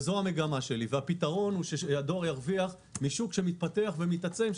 והפתרון הוא שהדואר ירוויח משוק שמתפתח ומתעצם,